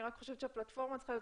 אני רק חושבת שהפלטפורמה צריכה להיות